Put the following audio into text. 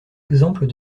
exemples